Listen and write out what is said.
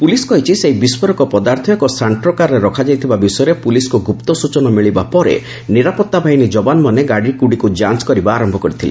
police କହିଛି ସେହି ବିସ୍କୋରକ ପଦାର୍ଥ ଏକ ସାକ୍ଷ୍ରୋ କାର୍ରେ ରଖାଯାଇଥିବା ବିଷୟରେ ପୁଲିସକୁ ଗୁପ୍ତ ସ୍ୱଚନା ମିଳିବା ପରେ ନିରାପଭାବାହିନୀ କବାନମାନେ ଗାଡିଗ୍ରଡିକ୍ ଯାଞ୍ଚ କରିବା ଆରମ୍ଭ କରିଥିଲେ